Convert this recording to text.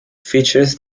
features